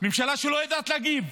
ממשלה שלא יודעת להגיב,